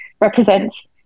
represents